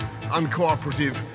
uncooperative